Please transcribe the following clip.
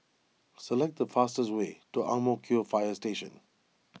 select the fastest way to Ang Mo Kio Fire Station